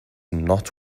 not